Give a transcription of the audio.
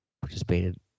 participated